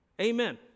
Amen